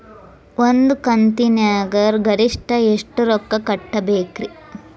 ಒಂದ್ ಕಂತಿನ್ಯಾಗ ಗರಿಷ್ಠ ಎಷ್ಟ ರೊಕ್ಕ ಕಟ್ಟಬೇಕ್ರಿ?